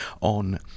on